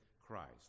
Christ